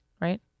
right